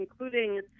including